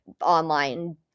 online